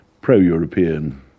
pro-European